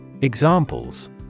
Examples